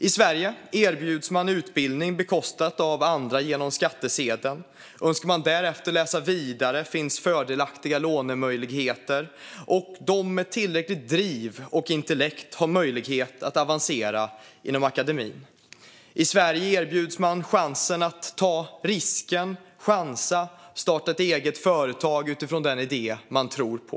I Sverige erbjuds man utbildning som bekostas av andra genom skattsedeln. Önskar man därefter läsa vidare finns det fördelaktiga lånemöjligheter. Och de som har tillräckligt driv och intellekt har möjlighet att avancera inom akademin. I Sverige erbjuds man att ta risken och chansen att starta eget företag utifrån den idé man tror på.